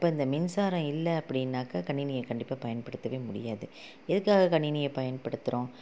அப்போ இந்த மின்சாரம் இல்லை அப்படினாக்கா கணினியை கண்டிப்பாக பயன்படுத்தவே முடியாது எதுக்காக கணினியை பயன்படுத்துகிறோம்